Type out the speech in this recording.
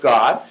God